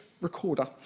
recorder